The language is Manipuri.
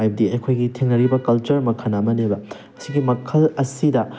ꯍꯥꯏꯕꯗꯤ ꯑꯩꯈꯣꯏꯒꯤ ꯊꯦꯡꯅꯔꯤꯕ ꯀꯜꯆꯔ ꯃꯈꯜ ꯑꯃꯅꯦꯕ ꯁꯤꯒꯤ ꯃꯈꯜ ꯑꯁꯤꯗ